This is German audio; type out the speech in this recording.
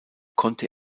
konnte